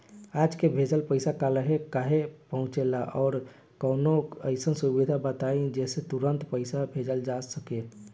आज के भेजल पैसा कालहे काहे पहुचेला और कौनों अइसन सुविधा बताई जेसे तुरंते पैसा भेजल जा सके?